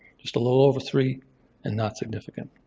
just a little over three and not significant.